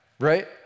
right